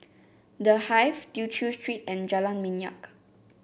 The Hive Tew Chew Street and Jalan Minyak